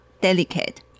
delicate